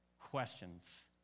questions